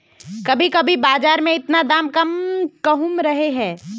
कभी कभी बाजार में इतना दाम कम कहुम रहे है?